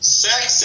sex